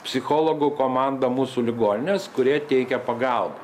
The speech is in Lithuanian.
psichologų komanda mūsų ligoninės kurie teikia pagalbą